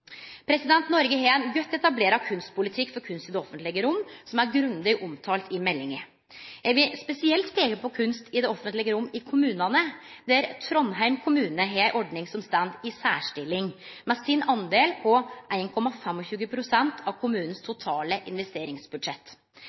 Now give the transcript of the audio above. Noreg har ein godt etablert kunstpolitikk for kunst i det offentlege rom, som er grundig omtala i meldinga. Eg vil spesielt peike på kunst i det offentlege rom i kommunane. Trondheim kommune har ei ordning som står i ei særstilling med sin del på 1,25 pst. av det totale